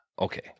Okay